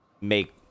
make